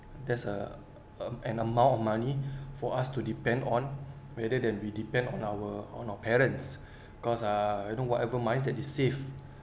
there's a uh an amount of money for us to depend on rather than we depend on our on our parents cause uh you know whatever money that they saved